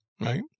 right